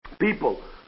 people